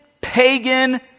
pagan